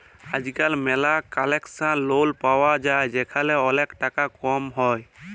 আজকাল ম্যালা concessional loan পায়া যায় যেখালে ওলেক টাকা কম হ্যয়